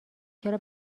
چرا